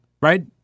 right